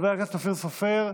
חבר הכנסת אופיר סופר,